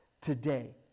today